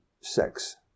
sex